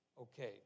Okay